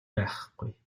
байхгүй